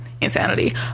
insanity